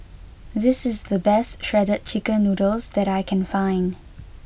this is the best Shredded Chicken Noodles that I can find